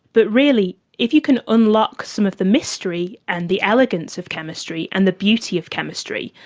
but really if you can unlock some of the mystery and the elegance of chemistry and the beauty of chemistry,